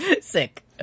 Sick